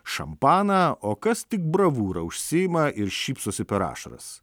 šampaną o kas tik bravūra užsiima ir šypsosi per ašaras